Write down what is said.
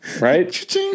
right